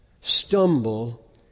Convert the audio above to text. stumble